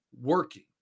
working